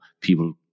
people